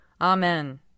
Amen